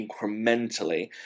incrementally